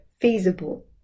feasible